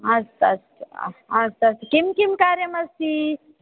अस्तु अस्तु अस्तु अस्तु किं किं कार्यमस्ति